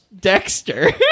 Dexter